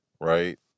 Right